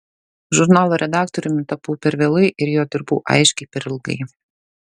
žurnalo redaktoriumi tapau per vėlai ir juo dirbau aiškiai per ilgai